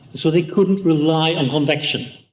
so they couldn't rely on convection.